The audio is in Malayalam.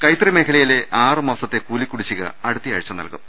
കൈത്തറി മേഖലയിലെ ആറ് മാസത്തെ കൂലി കൂടിശ്ശിക അടു ത്തയാഴ്ച്ച നൽകും